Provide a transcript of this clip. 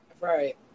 Right